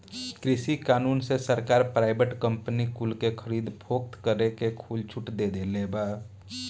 कृषि कानून से सरकार प्राइवेट कंपनी कुल के खरीद फोक्त करे के खुला छुट दे देले बा